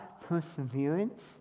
perseverance